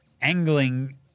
angling